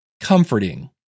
comforting